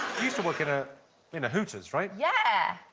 used to work in ah in a hooters, right? yeah.